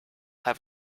have